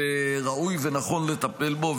וראוי ונכון לטפל בו.